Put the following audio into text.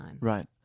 Right